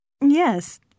Yes